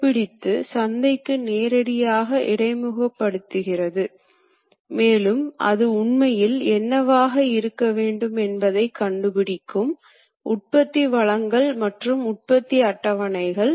எடுத்துக்காட்டாக கருவி வேலை துண்டு இடைமுகத்தில் மிக அதிக வெப்ப உற்பத்தி உள்ளது எனவே இடைமுகத்தில் நேரடியாக ஒரு திரவ குளிரூட்டி பயன்படுத்தப்படுகிறது